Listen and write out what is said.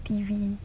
T_V